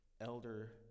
elder